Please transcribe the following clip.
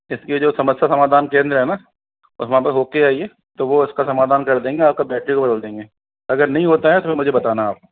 इसके जो समस्या समाधान केंद्र है ना वहाँ पे हो के आइए तो वो उसका समाधान कर देंगे आपका बेटरी बदल देंगे अगर नहीं होता है तो फिर मुझे बताना आप